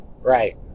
Right